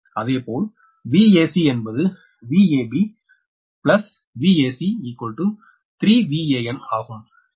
அதேபோல் Vac என்பது Vab Vac 3 Van ஆகும்